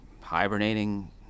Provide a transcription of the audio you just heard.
hibernating